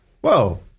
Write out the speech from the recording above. Whoa